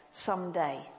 someday